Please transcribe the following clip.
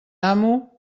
amo